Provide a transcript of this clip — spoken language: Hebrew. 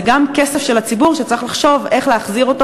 זה גם כסף של הציבור שצריך לחשוב איך להחזיר אותו